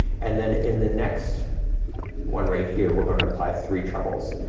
and then in the next one right here, we're gonna apply three trebles.